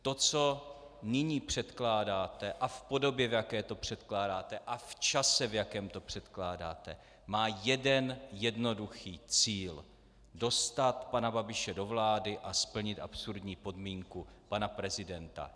To, co nyní předkládáte, a v podobě, v jaké to předkládáte, a v čase, v jakém to předkládáte, má jeden jednoduchý cíl: dostat pana Babiše do vlády a splnit absurdní podmínku pana prezidenta.